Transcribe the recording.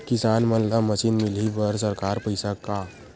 किसान मन ला मशीन मिलही बर सरकार पईसा का?